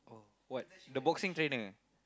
oh what the boxing trainer